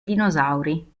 dinosauri